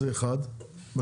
אם